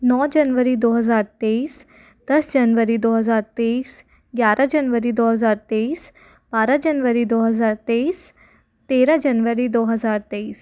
नौ जनवरी दो हज़ार तेईस दस जनवरी दो हज़ार तेईस ग्यारह जनवरी दो हज़ार तेइस बारह जनवरी दो हज़ार तेईस तेरह जनवरी दो हज़ार तेईस